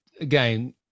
again